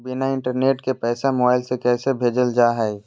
बिना इंटरनेट के पैसा मोबाइल से कैसे भेजल जा है?